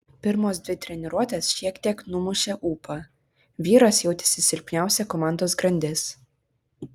pirmos dvi treniruotės šiek tiek numušė ūpą vyras jautėsi silpniausia komandos grandis